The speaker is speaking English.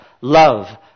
love